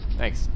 Thanks